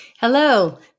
Hello